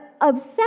obsessed